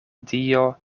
dio